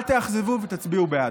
אל תאכזבו ותצביעו בעד.